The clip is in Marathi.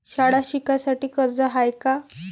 शाळा शिकासाठी कर्ज हाय का?